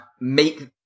make